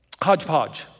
hodgepodge